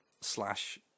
slash